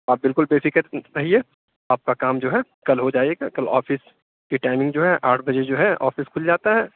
آپ بالکل بےفکر رہیے آپ کا کام جو ہے کل ہو جائے گا کل آفس کی ٹائمنگ جو ہے آٹھ بجے جو ہے آفس كُھل جاتا ہے